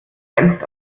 grenzt